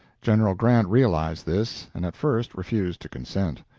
general grant realized this, and at first refused to consent.